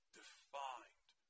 defined